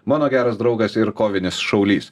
mano geras draugas ir kovinis šaulys